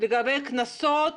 לגבי קנסות?